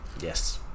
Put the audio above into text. Yes